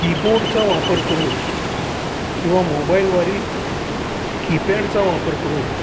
कीबोर्डचा वापर करून किंवा मोबाईलवारी कीपॅडचा वापर करून